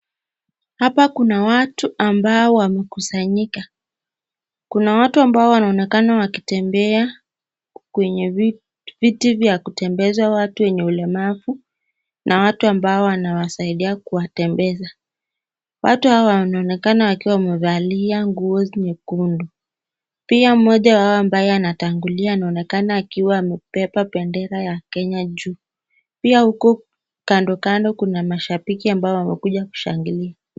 Hapa kuna watu ambao wamekusanyika , kuna watu ambao wanaonekana wakitembea kwenye viti vya kutembeza watu wenye ulemavu na watu ambao wanawasaidia kuwatembeza ,watu hawa wanaonekana wakiwa wamevalia nguo nyekundu ,pia mmoja wao ambaye anatangulia anaonekana akiwa amebeba bendera ya Kenya juu ,pia huku kando kando kuna mashabiki ambao wamekuja kushangilia.